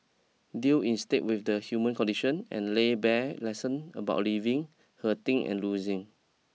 deal instead with the human condition and lay bare lesson about living hurting and losing